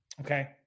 okay